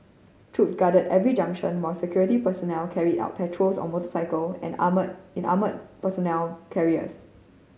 troops guarded every junction while security personnel carried out patrols on motorcycle and armoured in armoured personnel carriers